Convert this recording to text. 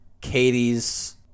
Katie's